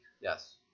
Yes